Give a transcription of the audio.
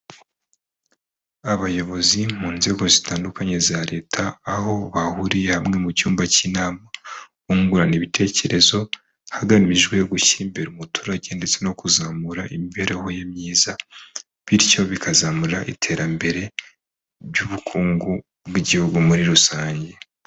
Abayobozi mu nzego zitandukanye za leta aho bahuriye hamwe mu cyumba cy'inama bungurana ibitekerezo hagamijwe gushyira imbere umuturage ndetse no kuzamura imibereho ye myiza bityo bikazamura iterambere ry'ubukungu bw'igihugu muri rusange.